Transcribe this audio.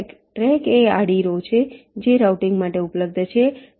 track track એ આડી row છે જે રાઉટિંગ માટે ઉપલબ્ધ છે